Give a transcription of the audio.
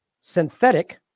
synthetic